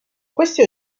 questi